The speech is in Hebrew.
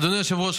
אדוני היושב-ראש,